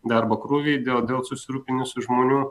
darbo krūviai dėl dėl susirūpinusių žmonių